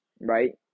right